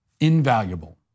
invaluable